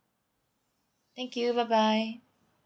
thank you bye bye